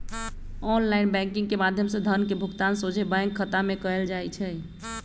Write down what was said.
online banking के माध्यम से धन के भुगतान सोझे बैंक खता में कएल जाइ छइ